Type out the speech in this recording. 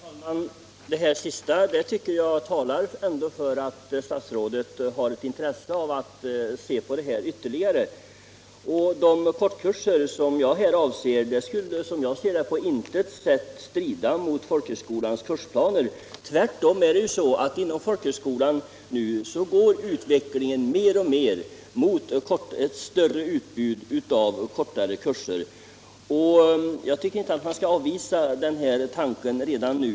Herr talman! Det sista statsrådet sade tycker jag talar för att han har ett intresse av att se på den här frågan ytterligare. De kortkurser vi nu diskuterar skulle som jag ser det på intet sätt strida mot folkhögskolornas kursplaner. Tvärtom är det ju så att utvecklingen inom folkhögskolan nu mer och mer går mot ett större utbud av kortare kurser. Jag tycker därför inte att man skall avvisa den här tanken redan nu.